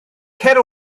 cer